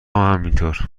همینطور